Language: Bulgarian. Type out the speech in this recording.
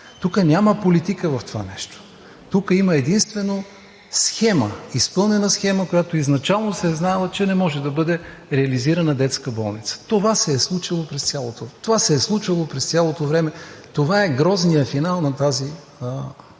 Няма политика в това нещо. Тук има единствено схема, изпълнена схема, с която изначално се е знаело, че не може да бъде реализирана детска болница. Това се е случвало през цялото време. Това е грозният финал на тази картина,